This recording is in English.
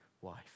wife